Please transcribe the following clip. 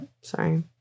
Sorry